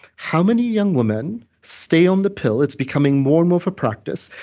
how many young women stay on the pill, it's becoming more and more of a practice,